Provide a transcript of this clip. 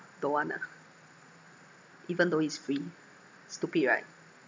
don't want ah even though it's free stupid right